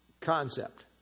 Concept